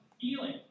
feeling